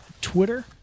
Twitter